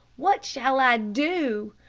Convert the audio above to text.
what shall i do?